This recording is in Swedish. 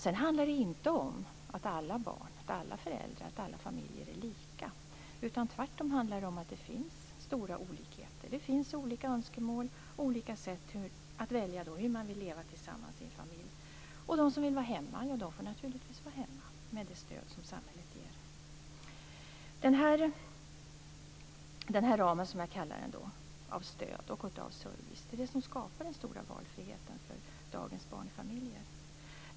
Det handlar inte om att alla barn, alla föräldrar och alla familjer är lika, utan tvärtom finns det stora olikheter. Det finns olika önskemål och olika sätt att välja hur man vill leva tillsammans i en familj. De som vill vara hemma får naturligtvis vara hemma med det stöd som samhället ger. Den här ramen, som jag kallar den, för stöd och service är det som skapar den stora valfriheten för dagens barnfamiljer.